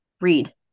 read